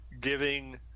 giving